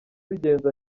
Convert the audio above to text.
z’ingenzi